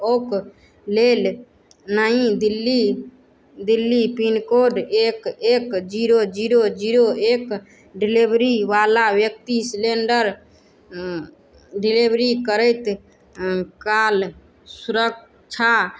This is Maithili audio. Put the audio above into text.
ओक लेल नई दिल्ली दिल्ली पिनकोड एक एक जीरो जीरो जीरो एक डिलीवरी वाला व्यक्ति सिलेंडर डिलीवरी करैत काल सुरक्षा